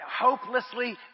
hopelessly